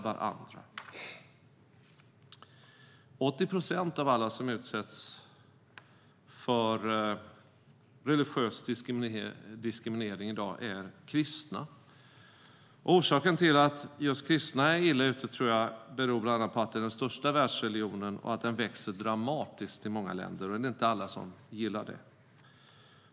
80 procent av alla som utsätts för religiös diskriminering i dag är kristna. Att just kristna är illa ute beror bland annat på att kristendomen är den största världsreligionen och att den växer dramatiskt i många länder, vilket inte alla gillar.